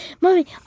Mommy